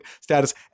status